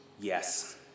Yes